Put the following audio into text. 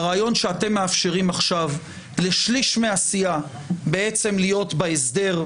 הרעיון שאתם מאפשרים עכשיו לשליש מהסיעה להיות בהסדר,